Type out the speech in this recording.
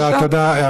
תודה, תודה.